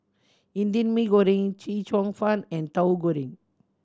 Indian Mee Goreng Chee Cheong Fun and Tahu Goreng